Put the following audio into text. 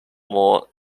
more